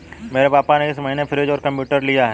मेरे पापा ने इस महीने फ्रीज और कंप्यूटर लिया है